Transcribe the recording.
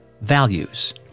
values